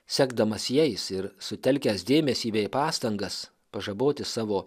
sekdamas jais ir sutelkęs dėmesį bei pastangas pažaboti savo